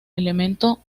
elemento